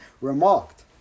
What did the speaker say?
remarked